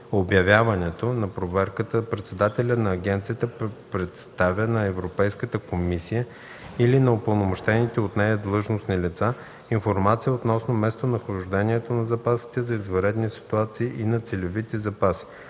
обявяването на проверката председателят на агенцията представя на Европейската комисия или на упълномощените от нея длъжностни лица информация относно местонахождението на запасите за извънредни ситуации и на целевите запаси.